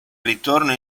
ritorno